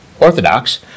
Orthodox